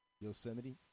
Yosemite